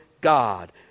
God